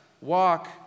walk